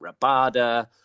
Rabada